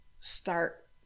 start